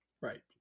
Right